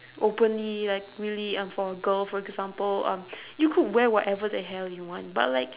openly like really um for a girl for example um you could wear whatever the hell you want but like